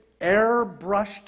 airbrushed